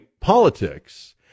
politics